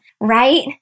right